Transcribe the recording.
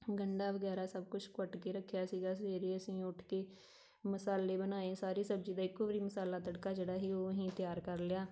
ਗੰਢਾ ਵਗੈਰਾ ਸਭ ਕੁਛ ਕੱਟ ਕੇ ਰੱਖਿਆ ਸੀਗਾ ਸਵੇਰੇ ਅਸੀਂ ਉੱਠ ਕੇ ਮਸਾਲੇ ਬਣਾਏ ਸਾਰੀ ਸਬਜ਼ੀ ਦਾ ਇੱਕੋ ਵਾਰੀ ਮਸਾਲਾ ਤੜਕਾ ਜਿਹੜਾ ਸੀ ਉਹ ਅਸੀਂ ਤਿਆਰ ਕਰ ਲਿਆ